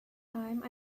time